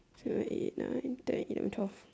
seven eight nine ten eleven twelve